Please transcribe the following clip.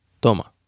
Toma